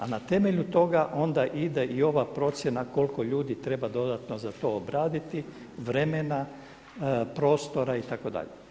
A na temelju toga onda ide i ova procjena koliko ljudi treba dodatno za to obraditi, vremena, prostora itd.